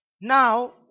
Now